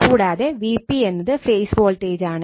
And Vp എന്നത് phase വോൾട്ടേജാണ്